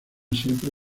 siempre